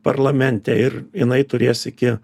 parlamente ir jinai turės iki